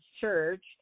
church